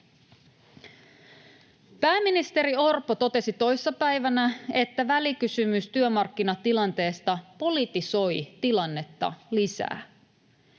Pääministeri Orpo totesi toissa päivänä, että välikysymys työmarkkinatilanteesta politisoi tilannetta lisää.